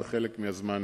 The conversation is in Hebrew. חלק מהזמן,